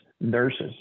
nurses